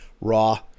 raw